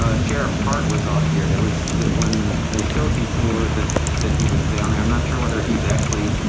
ah sheriff hart was on here. there was that when they showed before that he that he was down there, i'm not sure whether he's actually.